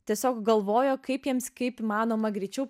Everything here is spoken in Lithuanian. tiesiog galvojo kaip jiems kaip įmanoma greičiau